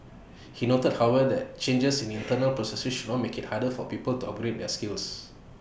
he noted however changes in internal processes should not make IT harder for people to upgrade their skills